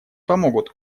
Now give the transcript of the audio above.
помогут